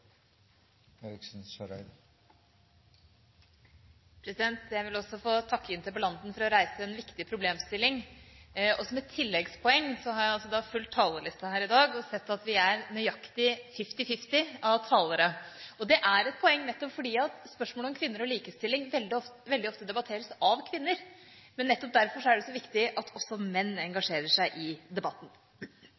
Jeg vil også få lov til å takke interpellanten for å reise en viktig problemstilling. Som et tilleggspoeng: Jeg har fulgt talerlisten her i dag og sett at det er nøyaktig fifty-fifty kvinner og menn som er talere. Det er et poeng nettopp fordi spørsmål om kvinner og likestilling veldig ofte debatteres av kvinner. Nettopp derfor er det så viktig at også menn